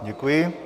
Děkuji.